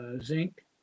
zinc